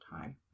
time